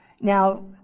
Now